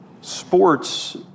Sports